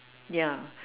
ya